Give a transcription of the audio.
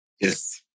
Yes